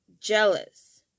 jealous